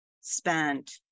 spent